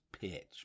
pitch